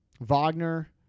wagner